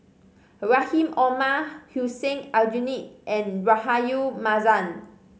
Rahim Omar Hussein Aljunied and Rahayu Mahzam